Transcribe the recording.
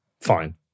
fine